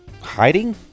hiding